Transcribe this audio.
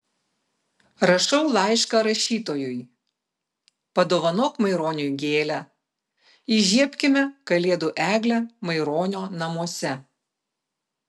rašau laišką rašytojui padovanok maironiui gėlę įžiebkime kalėdų eglę maironio namuose